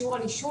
שיעור על עישון,